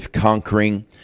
conquering